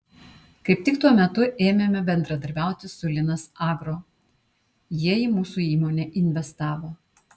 kaip tik tuo metu ėmėme bendradarbiauti su linas agro jie į mūsų įmonę investavo